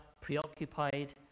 preoccupied